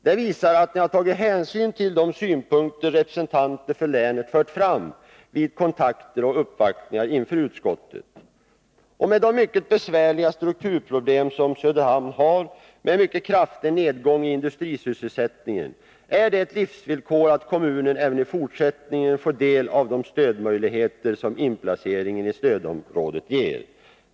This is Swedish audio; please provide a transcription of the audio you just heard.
Det visar att ni har tagit hänsyn till de synpunkter som representanter för länet har fört fram vid kontakter och uppvaktningar inför utskottet. Med de mycket besvärliga strukturproblem som Söderhamn har, med en mycket kraftig nedgång i industrisysselsättningen, är det ett livsvillkor att kommunen även i fortsättningen får del av de stödmöjligheter som inplaceringen i stödområdet ger.